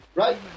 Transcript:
right